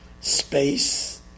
space